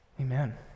Amen